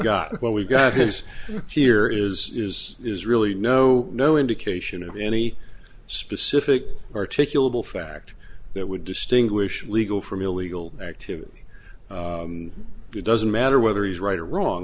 got what we've got is here is is is really no no indication of any specific articulable fact that would distinguish legal from illegal activity and it doesn't matter whether he's right or wrong